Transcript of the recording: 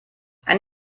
ein